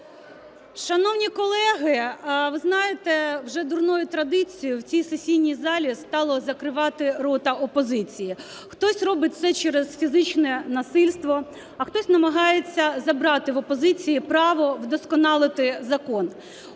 Шановні колеги, ви знаєте, вже дурною традицією в цій сесійній залі стало закривати рота опозиції. Хтось робить це через фізичне насильство, а хтось намагається забрати в опозиції право вдосконалити закон.